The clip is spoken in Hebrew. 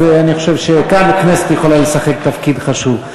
אז אני חושב שכאן הכנסת יכולה לשחק תפקיד חשוב.